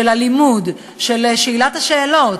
של הלימוד, של שאילת השאלות,